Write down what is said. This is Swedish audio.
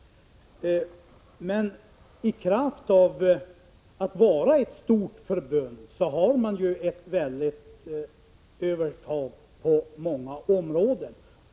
Men i kraft av att vara ett stort förbund har man ett väldigt övertag på många områden.